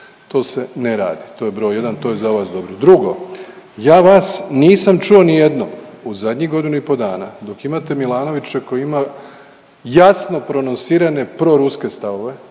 to se ne radi, to je broj jedan, to je za vas dobro. Drugo, ja vas nisam čuo nijednom u zadnjih godinu i po dana, dok imate Milanovića koji ima jasno prononsirane proruske stavove,